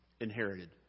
inherited